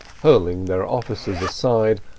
hurling their officers aside,